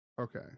okay